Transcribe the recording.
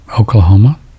Oklahoma